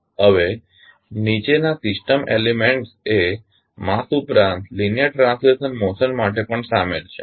હવે નીચેના system elements એ માસ ઉપરાંત લીનીઅર ટ્રાન્સલેશનલ મોશન માટે પણ શામેલ છે